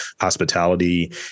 hospitality